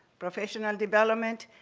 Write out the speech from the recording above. professional development,